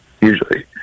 usually